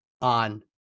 on